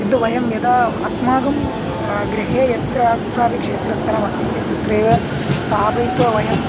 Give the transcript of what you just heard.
किन्तु वयं यदा अस्माकं गृहे यत्र कुत्र अपि क्षेत्रस्थलम् अस्ति चेत् तत्रैव स्थापयित्वा वयम्